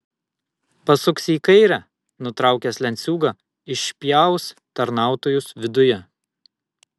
pasuksi į kairę nutraukęs lenciūgą išpjaus tarnautojus viduje